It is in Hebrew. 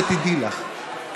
שתדעי לך,